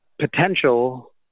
potential